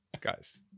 Guys